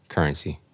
Currency